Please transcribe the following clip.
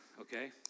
okay